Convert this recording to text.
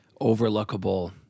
overlookable